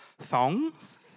thongs